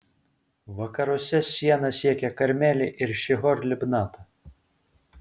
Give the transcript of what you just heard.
vakaruose siena siekė karmelį ir šihor libnatą